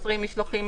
מוסרים משלוחים,